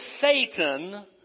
Satan